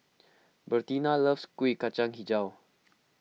Bertina loves Kuih Kacang HiJau